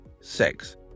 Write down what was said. six